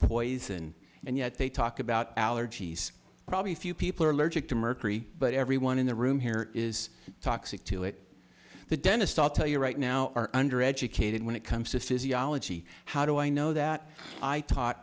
poison and yet they talk about allergies probably a few people are allergic to mercury but everyone in the room here is toxic to it the dentist i'll tell you right now are under educated when it comes to physiology how do i know that i taught